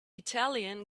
italian